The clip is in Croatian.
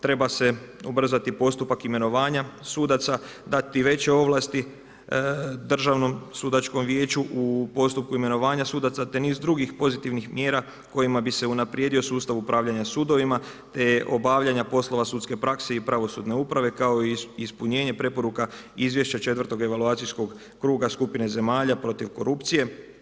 Treba se ubrzati postupak imenovanja sudaca, dati veće ovlasti Državnom sudačkom vijeću u postupku imenovanja sudaca, te niz drugih pozitivnih mjera kojima bi se unaprijedio sustav upravljanja sudovima te obavljanja poslova sudske prakse i pravosudne uprave kao i ispunjenje preporuka Izvješća 4. evaluacijskog kruga skupine zemalja protiv korupcije.